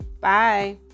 bye